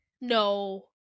No